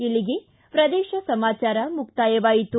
ಇಲ್ಲಿಗೆ ಪ್ರದೇಶ ಸಮಾಚಾರ ಮುಕ್ತಾಯವಾಯಿತು